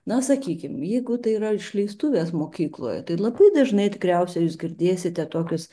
na sakykim jeigu tai yra išleistuvės mokykloje tai labai dažnai tikriausiai jūs girdėsite tokius